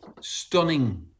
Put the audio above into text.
stunning